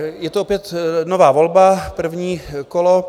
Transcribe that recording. Je to opět nová volba, první kolo.